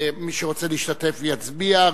ומי שרוצה להשתתף יצביע.